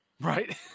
Right